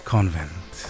Convent